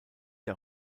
der